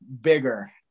bigger